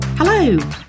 Hello